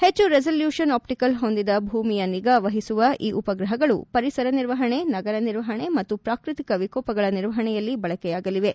ಹೆಚ್ಚು resolution optical ಹೊಂದಿದ ಭೂಮಿಯ ನಿಗಾ ವಹಿಸುವ ಈ ಉಪಗ್ರಹಗಳು ಪರಿಸರ ನಿರ್ವಹಣೆ ನಗರ ನಿರ್ವಹಣೆ ಮತ್ತು ಪ್ರಾಕೃತಿಕ ವಿಕೋಪಗಳ ನಿರ್ವಹಣೆಯಲ್ಲಿ ಬಳಕೆಯಾಗಲಿವೆ